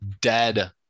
dead